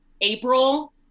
April